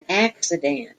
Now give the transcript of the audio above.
accident